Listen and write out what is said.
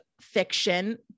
fiction